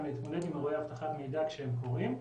להתמודד עם אירועי אבטחת מידע כשהם קורים.